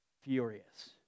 furious